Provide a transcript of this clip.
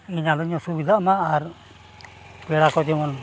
ᱤᱧ ᱟᱞᱚᱧ ᱚᱥᱩᱵᱤᱫᱷᱟᱜ ᱢᱟ ᱟᱨ ᱯᱮᱲᱟᱠᱚ ᱡᱮᱢᱚᱱ